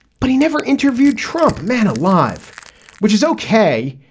but he never interviewed trump man alive which is okay.